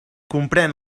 comprén